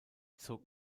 zog